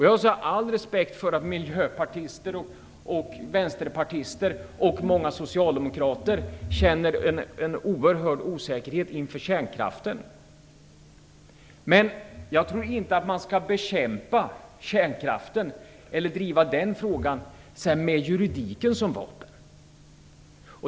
Jag har all respekt för att miljöpartister, vänterpartister och många socialdemokrater känner en oerhörd osäkerhet inför kärnkraften, men jag tror inte att man skall bekämpa kärnkraften med juridiken som vapen.